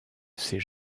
ces